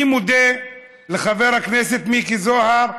אני מודה לחבר הכנסת מיקי זוהר.